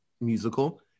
musical